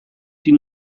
die